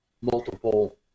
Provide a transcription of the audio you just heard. multiple